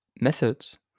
methods